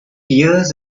years